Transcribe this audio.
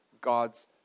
God's